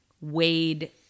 wade